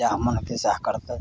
जएह मन हेतै सएह करतै